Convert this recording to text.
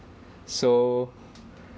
so